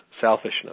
selfishness